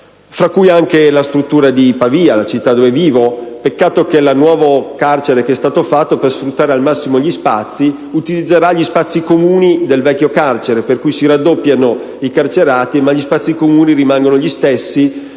tra cui anche quella di Pavia, la città dove vivo. Peccato che il nuovo carcere, progettato per sfruttare al massimo gli spazi, utilizzerà gli spazi comuni del vecchio carcere, per cui si raddoppiano i detenuti ma gli spazi comuni rimangono gli stessi